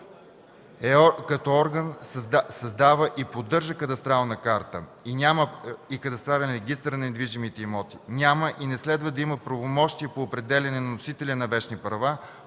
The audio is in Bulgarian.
като орган създава и поддържа кадастрална карта и кадастрален регистър на недвижимите имоти. Няма и не следва да има правомощия по определяне на носители на вещни права,